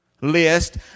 list